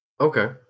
okay